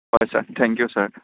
হয় sir thank you sir